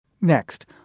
Next